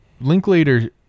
Linklater